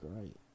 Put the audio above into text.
great